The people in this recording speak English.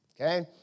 okay